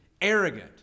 arrogant